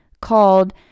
called